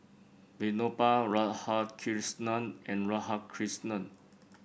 Vinoba Radhakrishnan and Radhakrishnan